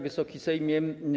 Wysoki Sejmie!